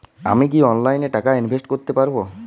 আমি কি অনলাইনে টাকা ইনভেস্ট করতে পারবো?